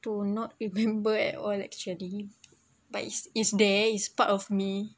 to not remember at all actually but it's is there is part of me